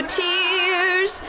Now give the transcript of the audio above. tears